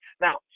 Now